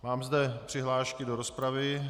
Mám zde přihlášku do rozpravy.